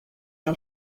del